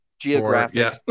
geographic